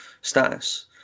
status